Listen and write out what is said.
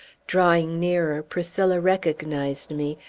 drawing nearer, priscilla recognized me,